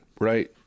Right